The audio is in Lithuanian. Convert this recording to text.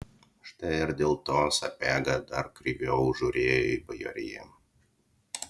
štai ir dėl to sapiega dar kreiviau žiūrėjo į bajoriją